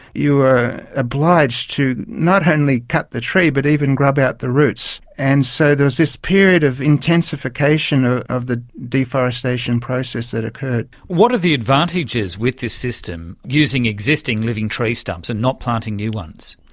you were obliged to not only cut the tree but even grub out the roots. and so there's this period of intensification of the deforestation process that occurred. what are the advantages with this system using existing living tree stumps and not planting new ones?